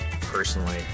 personally